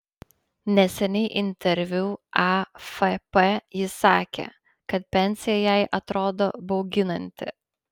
neseniai interviu afp ji sakė kad pensija jai atrodo bauginanti